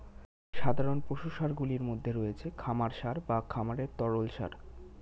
সাধারণ পশু সারগুলির মধ্যে রয়েছে খামার সার বা খামারের তরল সার